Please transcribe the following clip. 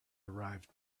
arrived